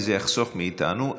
כי זה יחסוך מאיתנו.